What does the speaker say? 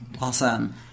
Awesome